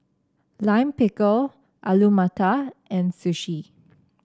Lime Pickle Alu Matar and Sushi